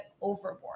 overboard